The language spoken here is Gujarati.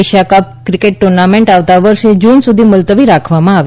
એશિયા કપ ક્રિકેટ ટ્રર્નામેન્ટ આવતા વર્ષે જૂન સુધી મુલતવી રાખવામાં આવી